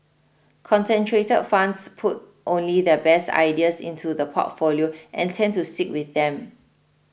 concentrated funds put only their best ideas into the portfolio and tend to sick with them